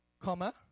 comma